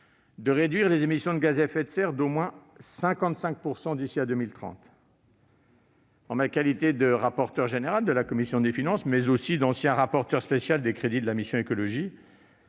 de réduire les émissions de gaz à effet de serre d'au moins 55 % d'ici à 2030. En ma qualité de rapporteur général de la commission des finances, mais aussi comme ancien rapporteur spécial des crédits de la mission « Écologie